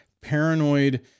paranoid